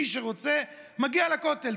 מי שרוצה, מגיע לכותל.